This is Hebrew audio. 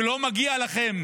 כי לא מגיע לכם